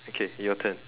okay your turn